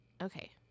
Okay